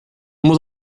muss